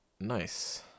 Nice